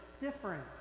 different